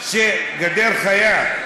"גדר חיה",